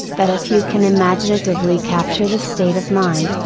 that if you can imaginatively capture the state of mind,